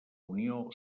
unió